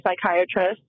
psychiatrist